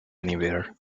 anywhere